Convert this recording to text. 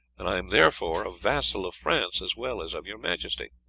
and i am therefore a vassal of france as well as of your majesty.